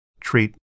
treat